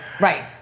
right